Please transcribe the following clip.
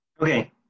Okay